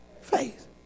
faith